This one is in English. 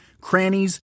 crannies